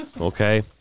Okay